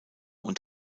und